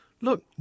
Look